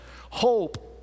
hope